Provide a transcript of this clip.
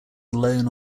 alone